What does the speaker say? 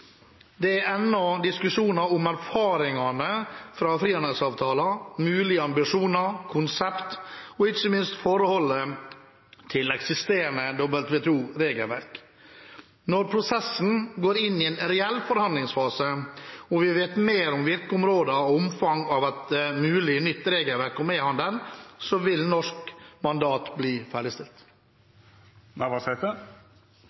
Det er ennå diskusjoner om erfaringene fra frihandelsavtaler, mulige ambisjoner, konsepter og ikke minst forholdet til eksisterende WTO-regelverk. Når prosessen går inn i en reell forhandlingsfase, og vi vet mer om virkeområdene og omfanget av et mulig nytt regelverk om e-handel, vil et norsk mandat bli